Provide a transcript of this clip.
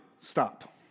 stop